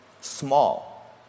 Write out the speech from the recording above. small